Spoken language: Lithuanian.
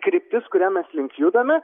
kryptis kuria mes link judame